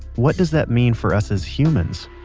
what does that mean for us as humans?